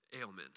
ailment